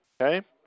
Okay